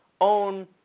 own